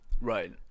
Right